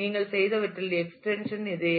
நீங்கள் செய்தவற்றின் எக்ஸ்டென்ஷன் இது